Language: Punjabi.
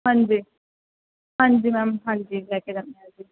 ਹਾਂਜੀ ਹਾਂਜੀ ਮੈਮ ਹਾਂਜੀ ਲੈ ਕੇ ਜਾਂਦੇ ਹਾਂ ਜੀ